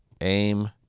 AIM